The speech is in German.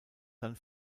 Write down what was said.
dann